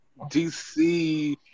DC